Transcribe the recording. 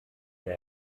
der